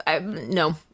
No